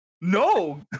No